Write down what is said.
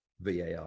VAR